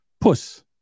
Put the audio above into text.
Puss